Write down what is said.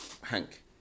Hank